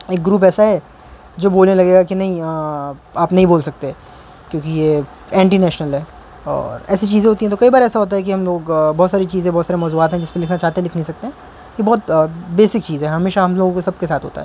ایک گروپ ایسا ہے جو بولنے لگے گا کہ نہیں آپ نہیں بول سکتے کیونکہ یہ اینٹی نیشنل ہے اور ایسی چیزیں ہوتی ہیں تو کئی بار ایسا ہوتا ہے کہ ہم لوگ بہت ساری چیزیں بہت سارے موضوعات ہیں جس پہ لکھنا چاہتے لکھ نہیں سکتے ہیں یہ بہت بیسک چیز ہے ہمیشہ ہم لوگوں سب کے ساتھ ہوتا ہے